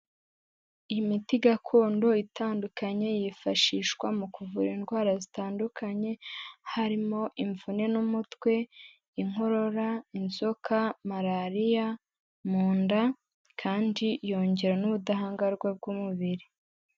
Imiti gakondo itandukanye yifashishwa mu kuvura indwara zitandukanye, harimo imvune n'umutwe, inkorora, inzoka, malariya, mu nda, kandi yongera n'ubudahangarwa bw'umubiri.